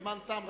הזמן תם,